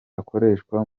akoreshwa